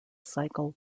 cycle